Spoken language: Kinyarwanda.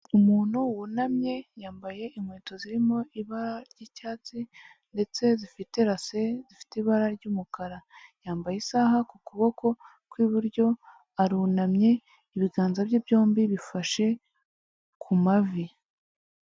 Umuntu wunamye yambaye inkweto zirimo ibara ry'icyatsi ndetse zifite rase zifite ibara ry'umukara, yambaye isaha ku kuboko kw'iburyo arunamye, ibiganza bye byombi bifashe ku mavi.